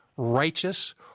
righteous